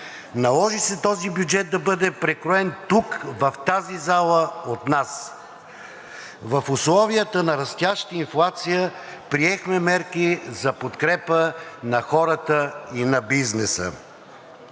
Наложи се този бюджет да бъде прекроен тук в тази зала от нас. В условията на растяща инфлация приехме мерки за подкрепа на хората и на бизнеса.